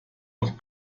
noch